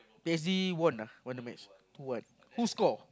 P_S_G won ah won the match who won who score